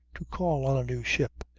to call on a new ship.